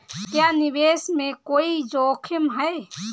क्या निवेश में कोई जोखिम है?